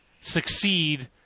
succeed